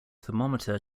thermometer